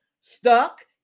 Stuck